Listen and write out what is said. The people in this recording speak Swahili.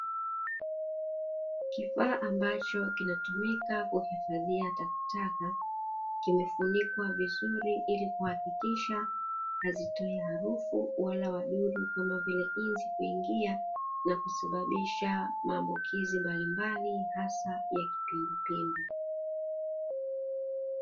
Kifaa ambacho kinatumika kwa kuhifadhia takataka, kimefunikwa vizuri ili kuhakikisha hazitoi harufu wala wadudu kama vile nzi kuingia, na kusababisha maambukizi mbalimbali hasa ya kipindupindu.